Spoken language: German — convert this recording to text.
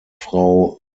frau